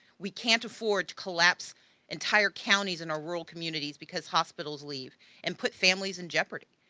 we can't afford to collapse entire counties in a rural communities because hospitals leave and put families in jeopardy.